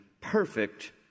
perfect